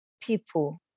people